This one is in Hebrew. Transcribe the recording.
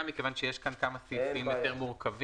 מכיוון שיש כאן כמה סעיפים יותר מורכבים.